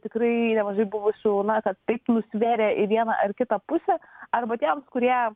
tikrai nemažai buvusių na kad taip nusvėrė į vieną ar kitą pusę arba tiems kurie